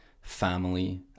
family